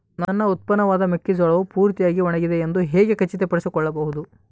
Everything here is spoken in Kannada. ನನ್ನ ಉತ್ಪನ್ನವಾದ ಮೆಕ್ಕೆಜೋಳವು ಪೂರ್ತಿಯಾಗಿ ಒಣಗಿದೆ ಎಂದು ಹೇಗೆ ಖಚಿತಪಡಿಸಿಕೊಳ್ಳಬಹುದು?